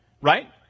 Right